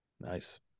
Nice